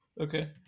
Okay